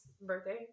birthday